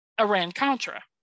Iran-Contra